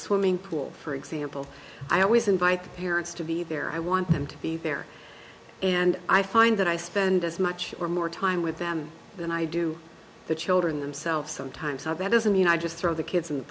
swimming pool for example i always invite the parents to be there i want them to be there and i find that i spend as much or more time with them than i do the children themselves sometimes are that doesn't mean i just throw the kids